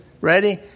ready